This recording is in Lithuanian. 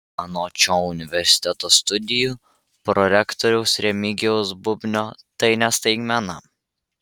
anot šio universiteto studijų prorektoriaus remigijaus bubnio tai ne staigmena